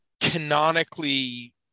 canonically